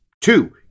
Two